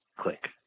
click